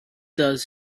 does